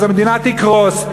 אז המדינה תקרוס.